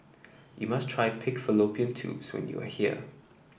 you must try Pig Fallopian Tubes when you are here